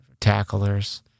tacklers